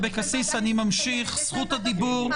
יש להם ועדה לזכות הילד,